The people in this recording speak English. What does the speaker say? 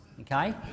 okay